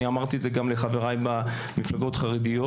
אני אמרתי את זה גם לחבריי במפלגות החרדיות,